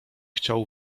chciał